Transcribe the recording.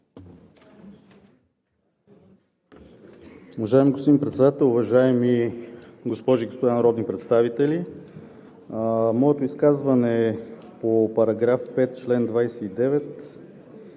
Уважаеми господин Председател, уважаеми госпожи и господа народни представители! Моето изказване е по § 5, чл. 29.